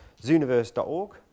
zooniverse.org